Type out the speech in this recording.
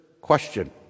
question